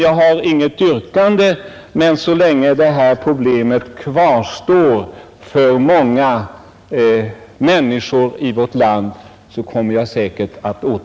Jag har inget yrkande, men så länge detta problem kvarstår för många i vårt land återkommer jag säkert.